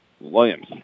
Williams